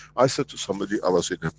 i said to somebody, i was in